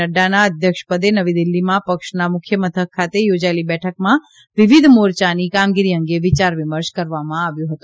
નડ઼ના અધ્યક્ષ પદે નવી દિલ્ઠીમાં પક્ષના મુખ્ય મથક ખાતે યોજાયેલી બેઠકમાં વિવિધ મોર યાની કામગીરી અંગે વિ ચાર વિમર્શ કરવામાં આવ્યો હતો